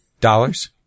dollars